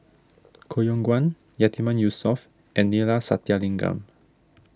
Koh Yong Guan Yatiman Yusof and Neila Sathyalingam